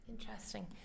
Interesting